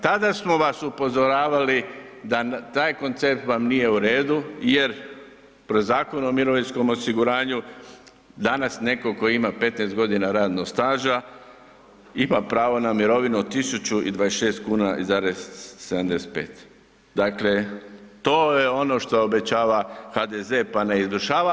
Tada smo vas upozoravali da vam taj koncept nije u redu jer prema Zakonu o mirovinskom osiguranju danas neko ko ima 15 godina radnog staža ima pravo na mirovinu i 1.026,75, dakle to je ono što obećava HDZ pa ne izvršava.